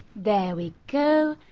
there we go!